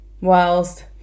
whilst